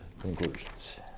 conclusions